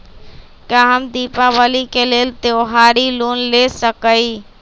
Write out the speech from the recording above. का हम दीपावली के लेल त्योहारी लोन ले सकई?